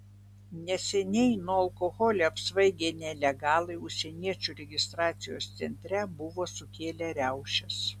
neseniai nuo alkoholio apsvaigę nelegalai užsieniečių registracijos centre buvo sukėlę riaušes